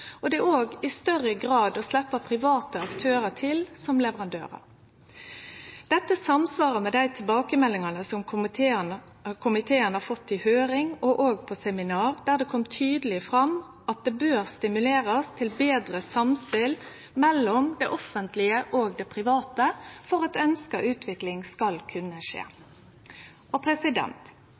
og det er òg i større grad å sleppe private aktørar til som leverandørar. Dette samsvarar med dei tilbakemeldingane komiteen har fått i høyring og på seminar, der det kom tydeleg fram at det bør stimulerast til betre samspel mellom det offentlege og det private for at ønskt utvikling skal kunne skje. Då «Digital agenda» blei lagd fram for Stortinget, var det transport- og